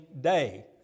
day